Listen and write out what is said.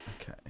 Okay